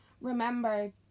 remember